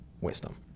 wisdom